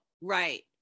right